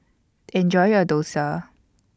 Enjoy your Dosa